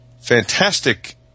fantastic